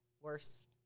worse